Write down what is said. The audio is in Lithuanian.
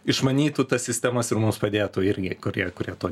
išmanytų tas sistemas ir mums padėtų irgi kurie kurie tuo